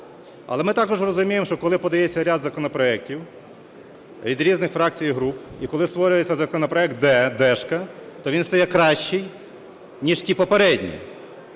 Але ми також розуміємо, що коли подається ряд законопроектів від різних фракцій і груп, і коли створюється законопроект "д" ("дешка"), то він стає кращий ніж ті попередні.